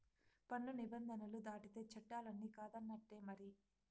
పన్ను నిబంధనలు దాటితే చట్టాలన్ని కాదన్నట్టే మరి